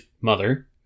mother